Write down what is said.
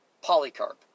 Polycarp